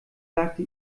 sagte